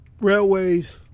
Railways